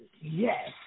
Yes